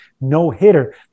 no-hitter